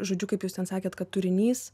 žodžiu kaip jūs ten sakėt kad turinys